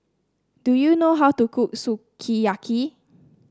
do you know how to cook Sukiyaki